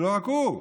ולא רק הוא,